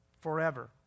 forever